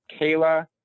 kayla